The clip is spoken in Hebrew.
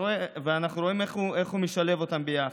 ואנחנו רואים איך הוא משלב אותם ביחד.